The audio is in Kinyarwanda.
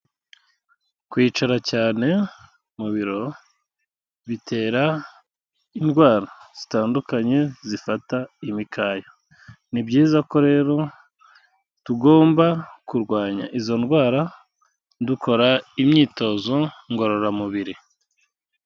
Kwicara cyane mu biro, bitera indwara zitandukanye zifata imikaya, ni byiza ko rero tugomba kurwanya izo ndwara dukora imyitozo ngororamubiri.